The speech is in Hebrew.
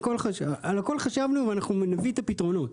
על הכול חשבנו, ונביא את הפתרונות.